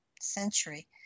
century